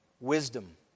wisdom